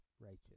righteous